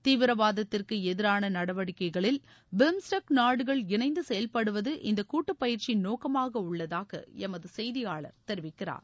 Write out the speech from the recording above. தீவிரவாதத்திற்கு எதிரான நடவடிக்கைகளில் பிம்ஸ்டெக் நாடுகள் இணைந்து செயல்படுவது இந்த கூட்டுப் பயிற்சியின் நோக்கமாக உள்ளதாக எமது செய்தியாளர் தெரிவிக்கிறார்